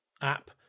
app